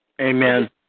Amen